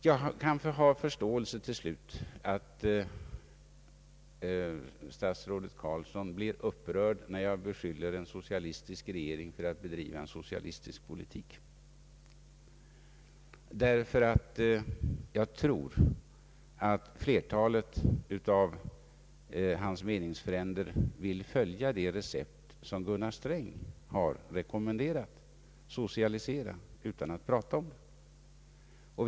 Jag kan till slut förstå att statsrådet Carlsson blir upprörd när jag beskyller en socialistisk regering för att bedriva Statsverkspropositionen m.m. en socialistisk politik. Flertalet av hans meningsfränder vill nog följa det recept som Gunnar Sträng har rekommenderat, d.v.s. att socialisera utan att prata om det.